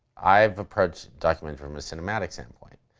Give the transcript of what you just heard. i've approached documentary from a cinematic standpoint.